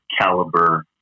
caliber